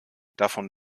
davon